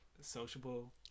sociable